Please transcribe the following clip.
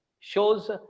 shows